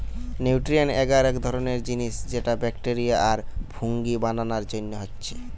nutrient এগার এক ধরণের জিনিস যেটা ব্যাকটেরিয়া আর ফুঙ্গি বানানার জন্যে হচ্ছে